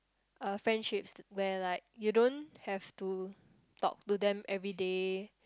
uh friendships where like you don't have to talk to them everyday